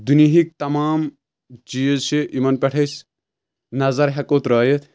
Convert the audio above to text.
دُنیہکۍ تمام چیٖز چھِ یِمن پٮ۪ٹھ أسۍ نظر ہٮ۪کو ترٲیِتھ